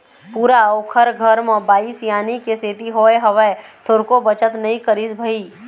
पूरा ओखर घर म बाई सियानी के सेती होय हवय, थोरको बचत नई करिस भई